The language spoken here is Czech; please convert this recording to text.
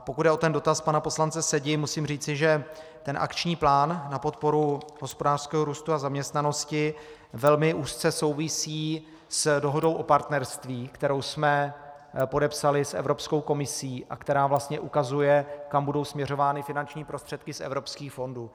Pokud jde o dotaz pana poslance Sedi, musím říci, že Akční plán na podporu hospodářského růstu a zaměstnanosti velmi úzce souvisí s dohodou o partnerství, kterou jsme podepsali s Evropskou komisí a která vlastně ukazuje, kam budou směřovány finanční prostředky z evropských fondů.